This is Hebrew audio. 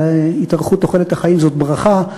התארכות תוחלת החיים זאת ברכה,